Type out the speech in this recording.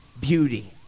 beauty